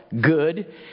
good